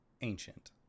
Ancient